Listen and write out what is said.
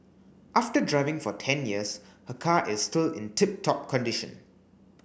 after driving for ten years her car is still in tip top condition